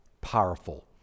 powerful